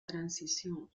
transición